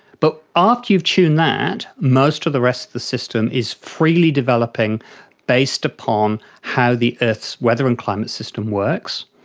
but after you've tuned that, most of the rest of the system is freely developing based upon how the earth's weather and climate system works.